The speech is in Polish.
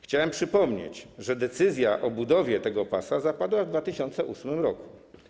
Chciałbym przypomnieć, że decyzja o budowie tego pasa zapadła w 2008 r.